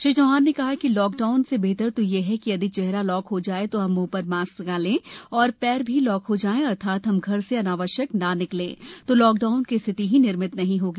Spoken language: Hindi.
श्री चौहान ने कहा कि लॉकडाउन से बेहतर तो यह है कि यदि चेहरा लॉक हो जाए हम मुंह प्र मास्क लगा लें और पैर भी लॉक हो जाएं अर्थात हम घर से अनावश्यक ना निकलें तो लॉक डाउन की स्थिति ही निर्मित नहीं होगी